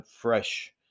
fresh